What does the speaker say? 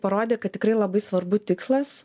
parodė kad tikrai labai svarbu tikslas